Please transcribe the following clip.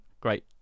great